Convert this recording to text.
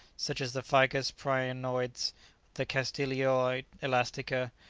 such as the ficus prinoides, the castilioa elastica,